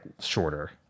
shorter